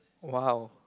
!wow!